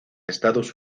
estados